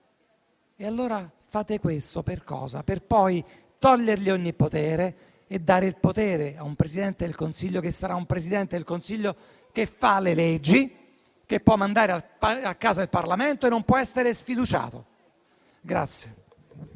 valorizzare. Fate questo per poi togliergli ogni potere e dare il potere a un Presidente del Consiglio che sarà un Presidente del Consiglio che fa le leggi, che può mandare a casa il Parlamento e non può essere sfiduciato.